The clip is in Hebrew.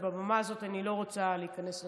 אז בבמה הזאת אני לא רוצה להיכנס לוויכוחים.